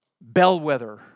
bellwether